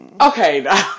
Okay